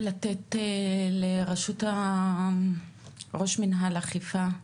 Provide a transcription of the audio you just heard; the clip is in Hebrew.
לתת לראש מינהל אכיפה,